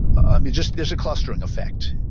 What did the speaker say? ah just, there's a clustering effect,